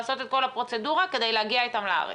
לעשות את כל הפרוצדורה כדי להגיע איתם לארץ?